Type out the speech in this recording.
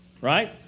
Right